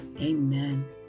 Amen